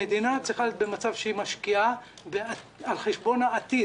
המדינה צריכה להיות במצב שהיא משקיעה על חשבון העתיד,